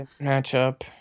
matchup